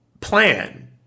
plan